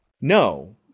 No